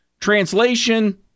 Translation